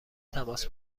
تماس